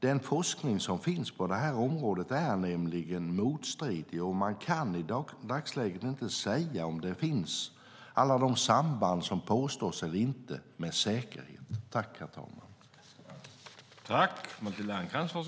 Den forskning som finns på det här området är nämligen motstridig, och man kan i dagsläget inte med säkerhet säga om alla de samband som påstås verkligen finns.